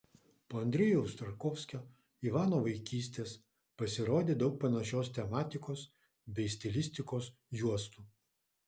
po andrejaus tarkovskio ivano vaikystės pasirodė daug panašios tematikos bei stilistikos juostų